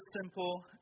simple